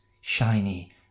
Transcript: shiny